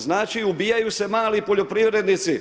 Znači, ubijaju se mali poljoprivrednici.